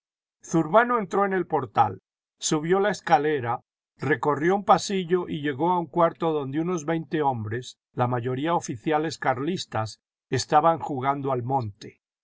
zurbano entró en el portal subió la escalera recorrió un pasillo y llegó a un cuarto donde unos veinte hombres la mayoría oficiales carlistas estaban jugando al monte